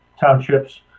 townships